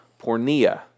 pornea